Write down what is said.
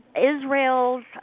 Israel's